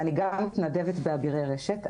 אני גם מתנדבת באבירי רשת.